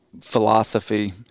philosophy